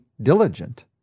diligent